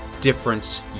difference